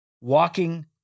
walking